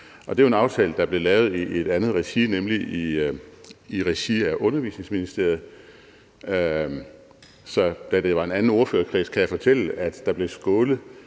det var en aftale, der blev lavet i et andet regi, nemlig i regi af Undervisningsministeriet, så da det var en anden ordførerkreds, kan jeg fortælle, at der blev skålet